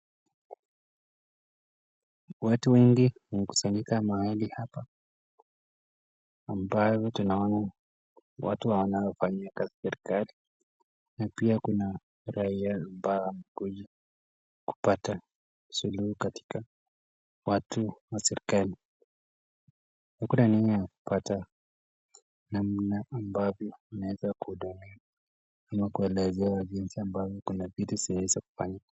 Watu wengi mkusanyika mahali hapa ambao tunaona watu wanao fanya kazi serikali na pia kuna raia ambao kuja kupata suluhu katika watu wa serikali. Hakuna nia ya kupata namna ambavyo unaweza kudhamini ama kuelezea jinsi ambavyo kuna vitu siwezi kufanya.